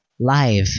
Live